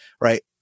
right